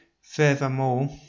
Furthermore